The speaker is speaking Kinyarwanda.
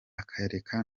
akareka